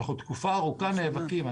אנחנו תקופה ארוכה נאבקים.